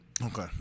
Okay